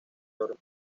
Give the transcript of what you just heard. oro